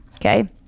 okay